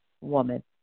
woman